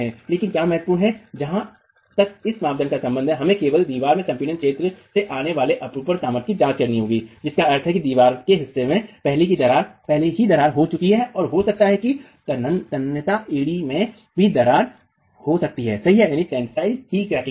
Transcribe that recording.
लेकिन क्या महत्वपूर्ण है जहाँ तक इस मानदंड का संबंध है हमें केवल दीवार के संपीड़ित क्षेत्र से आने वाली अपरूपण सामर्थ्य की जांच करनी होगी जिसका अर्थ है कि दीवार के हिस्सा में पहले ही दरार हो चुकी है और हो सकता है कि तन्यता एड़ी में भी दरार हो